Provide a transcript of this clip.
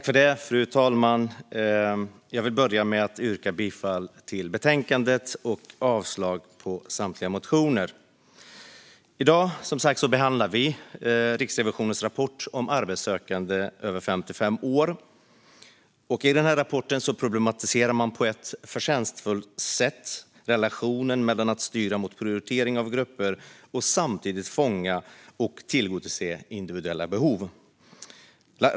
Fru talman! Jag vill börja med att yrka bifall till förslaget i betänkandet och avslag på samtliga motioner. I dag behandlar vi som sagt Riksrevisionens rapport om arbetssökande över 55 år. Rapporten problematiserar på ett förtjänstfullt sätt relationen mellan att styra mot prioritering av grupper och samtidigt fånga och tillgodose individuella behov.